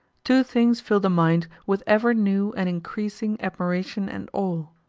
two things fill the mind with ever new and increasing admiration and awe,